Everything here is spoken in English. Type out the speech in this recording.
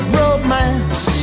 romance